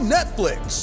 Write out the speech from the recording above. Netflix